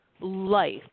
life